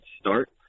start